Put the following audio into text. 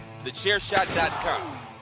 TheChairShot.com